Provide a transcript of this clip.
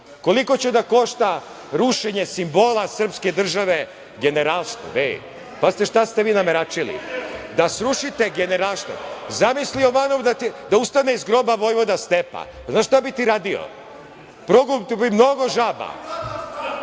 Koliko će da košta rušenje simbola srpske države, Generalštab. Pitanje je šta ste vi nameračili, da srušite Generalštab, zamisli Jovanov da ustane iz groba Vojvoda Stepa, znaš šta bi ti radio? Progutao bi mnogo